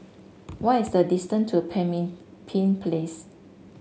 what is the distance to Pemimpin Place